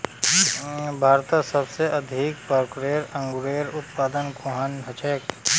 भारतत सबसे अधिक प्रकारेर अंगूरेर उत्पादन कुहान हछेक